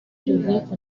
joseph